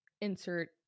insert